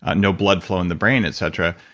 ah no blood flow in the brain, etc.